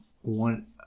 one